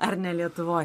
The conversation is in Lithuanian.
ar ne lietuvoj